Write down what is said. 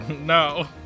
No